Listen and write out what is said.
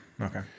okay